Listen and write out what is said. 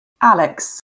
Alex